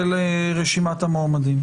של רשימת המועמדים.